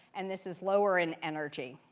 and this is lower in energy.